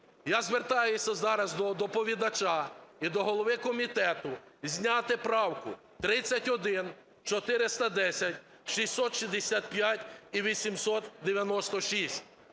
Я звертаюсь зараз до доповідача і до голови комітету зняти правку: 31, 410, 665 і 896.